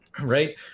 right